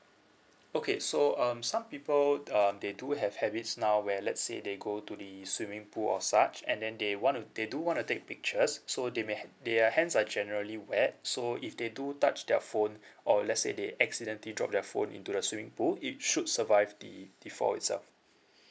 okay so um some people would uh they do have habits now where let's say they go to the swimming pool or such and then they wanna they do wanna take pictures so they may have their hands are generally wet so if they do touch their phone or let's say they accidentally drop their phone into the swimming pool it should survive the the fall itself